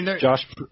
Josh